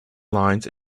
lines